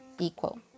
equal